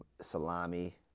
salami